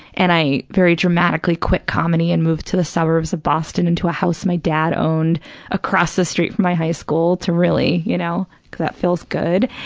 and i very dramatically quit comedy and moved to the suburbs of boston into a house my dad owned across the street from my high school to really, you know, because that feels good,